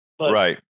Right